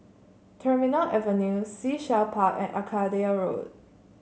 Terminal Avenue Sea Shell Park and Arcadia Road